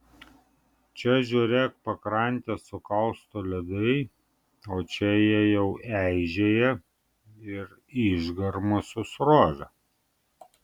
čia žiūrėk pakrantę sukausto ledai o čia jie jau eižėja ir išgarma su srove